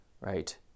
right